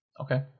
okay